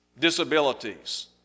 disabilities